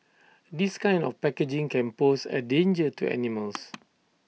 this kind of packaging can pose A danger to animals